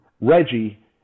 reggie